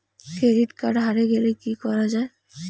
Credit card হারে গেলে কি করা য়ায়?